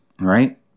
Right